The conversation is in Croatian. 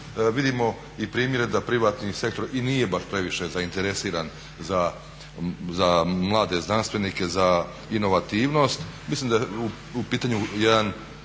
vidimo i primjere da privatni sektor i nije baš previše zainteresiran za mlade znanstvenike, za inovativnost. Mislim da je u pitanju jedna